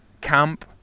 camp